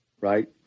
right